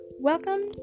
Welcome